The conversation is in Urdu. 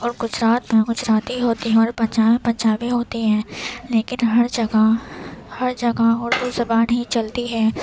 اور گجرات میں گجراتی ہوتی ہے اور پنجاب میں پنجابی ہوتی ہے لیکن ہر جگہ ہر جگہ اردو زبان ہی چلتی ہے